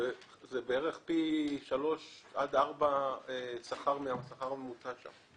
זה בערך פי שלושה עד ארבעה שכר מהשכר הממוצע שם.